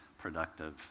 productive